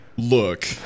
Look